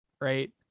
right